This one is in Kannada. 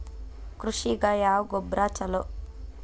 ಕೃಷಿಗ ಯಾವ ಗೊಬ್ರಾ ಛಲೋ?